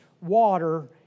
water